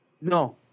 No